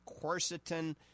quercetin